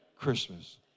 Christmas